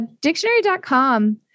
Dictionary.com